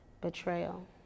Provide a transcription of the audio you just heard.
betrayal